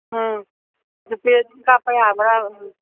ꯎꯝ ꯖꯤꯄꯦ ꯑꯗꯨꯝ ꯀꯥꯞꯄ ꯌꯥꯕ꯭ꯔ ꯎꯝ